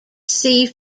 sea